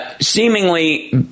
seemingly